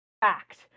fact